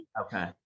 Okay